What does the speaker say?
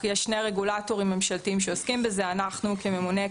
יש שני רגולטורים ממשלתיים שעוסקים בזה: אנחנו כממונה,